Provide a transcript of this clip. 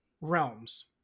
realms